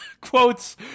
quotes